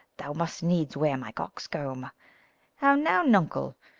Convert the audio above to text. thou must needs wear my coxcomb how now, nuncle?